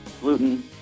gluten